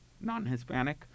non-Hispanic